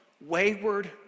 wayward